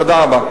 תודה רבה.